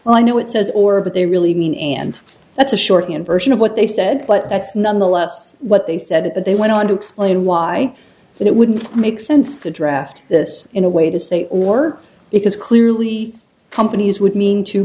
well i know it says or but they really mean and that's a shortened version of what they said but that's nonetheless what they said but they went on to explain why it wouldn't make sense to draft this in a way to say more because clearly companies would mean to